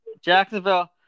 Jacksonville